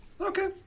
Okay